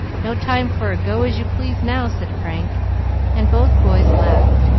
no time for a go as you please now, said frank and both boys laughed,